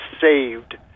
saved